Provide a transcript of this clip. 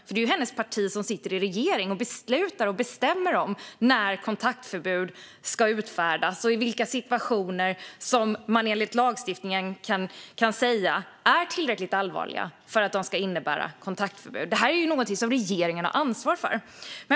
Det är ju hennes parti som sitter i regeringen och beslutar och bestämmer om när kontaktförbud ska utfärdas och vilka situationer som man enligt lagstiftningen kan säga är tillräckligt allvarliga för att de ska innebära kontaktförbud. Detta är något som regeringen har ansvar för.